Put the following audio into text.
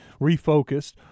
refocused